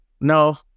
No